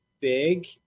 big